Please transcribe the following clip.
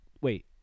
Wait